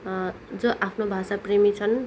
जो आफ्नो भाषाप्रेमी छन्